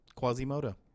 Quasimodo